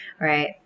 right